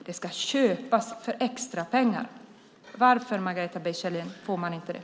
Det ska köpas för extra pengar. Varför, Margareta B Kjellin, får man inte det?